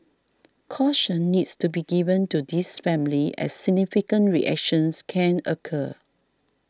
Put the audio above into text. caution needs to be given to these families as significant reactions can occur